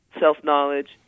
self-knowledge